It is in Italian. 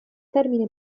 termine